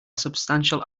substantial